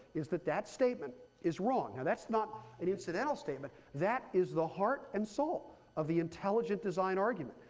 is that that statement is wrong. now that's not an incidental statement. that is the heart and soul of the intelligent design argument.